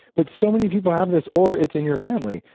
but so many people have this or it's in your family.